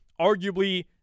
arguably